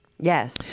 Yes